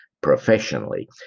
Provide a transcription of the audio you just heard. professionally